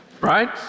Right